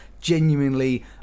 genuinely